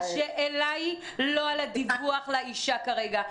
השאלה היא לא על הדיווח לאישה כרגע.